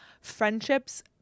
friendships